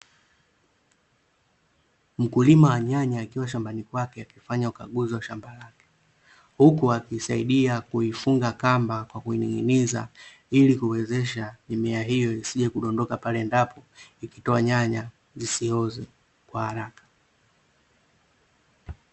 Mkulima wa nyanya akiwa shambani kwake akifanya ukaguzi wa shamba lake, huku akiisaidia kuifunga kamba kwa kuining'iniza ili kuwezesha mimea hiyo isije kudondoka pale endapo ikitoa nyanya zisioze kwa haraka.